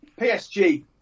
PSG